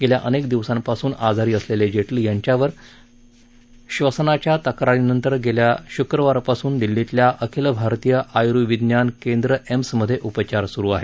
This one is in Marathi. गेल्या अनेक दिवसांपासून आजारी असलेले जेटली यांच्यावर अस्वस्थपणा तसंच श्वसनाच्या तक्रारीनंतर गेल्या शुक्रवारपासून दिल्लीतल्या अखिल भारतीय आयूर्विज्ञान केंद्र एम्समध्ये उपचार सुरू आहेत